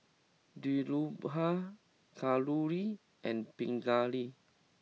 Dhirubhai Kalluri and Pingali